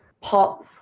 pop